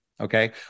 okay